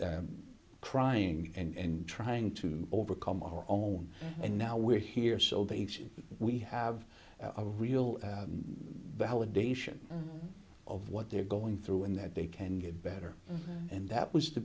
crying and trying to overcome our own and now we're here so that we have a real validation of what they're going through and that they can get better and that was the